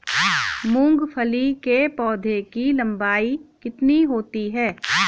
मूंगफली के पौधे की लंबाई कितनी होती है?